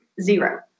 Zero